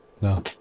No